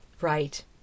Right